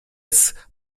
ist